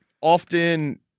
often